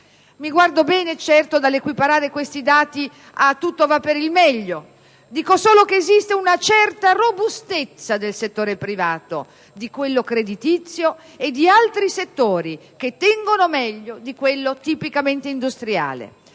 Mi guardo bene certo dall'alternare rispetto a questi dati che tutto va per il meglio; dico solo che esiste una certa robustezza del settore privato, di quello creditizio e di altri settori che tengono meglio di quello tipicamente industriale.